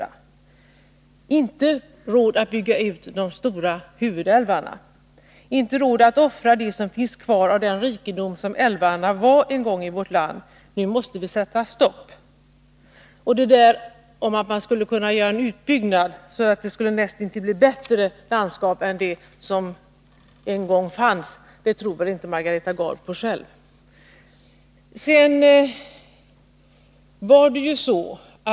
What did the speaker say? Vi har inte råd att bygga ut de stora huvudälvarna, att offra det som finns kvar av den rikedom som älvarna var en gång i vårt land. Nu måste vi sätta stopp. Detta om att man skulle kunna göra en utbyggnad så att landskapet blev nästintill bättre än det var, det tror väl inte heller Margareta Gard själv på.